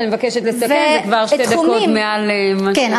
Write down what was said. אני מבקשת לסכם, זה כבר שתי דקות מעל מה, כן.